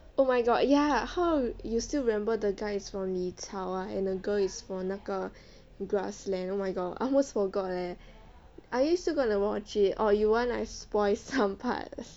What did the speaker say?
oh my god ya how you still remember the guy is from 李朝 ah and the girl from 那个 grassland oh my god I almost forgot leh are you still going to watch it or you want I spoil some parts